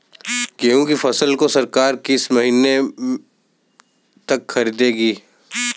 गेहूँ की फसल को सरकार किस महीने तक खरीदेगी?